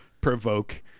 provoke